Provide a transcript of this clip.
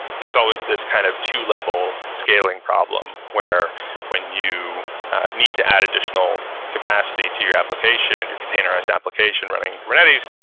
there's always this kind of two level scaling problem, where when you need to add additional capacity to your application, and your containerized application running in kubernetes,